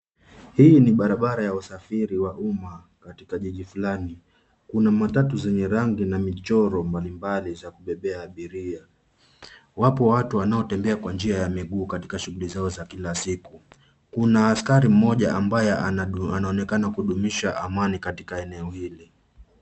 Hii ni barabara ya usafiri wa umma katika jiji fulani. Kuna matatu zenye rangi na michoro mbalimbali za kubebea abiria. Wapo watu wanaotembea kwa njia ya miguu katika shughuli zao za kila siku. Kuna askari mmoja ambaye anaonekana kudumisha amani katika eneo hili.